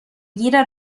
گیر